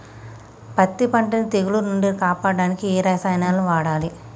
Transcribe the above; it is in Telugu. పత్తి పంటని తెగుల నుంచి కాపాడడానికి ఏ రసాయనాలను వాడాలి?